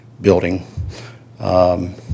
building